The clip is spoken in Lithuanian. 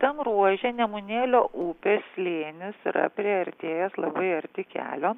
tam ruože nemunėlio upės slėnis yra priartėjęs labai arti kelio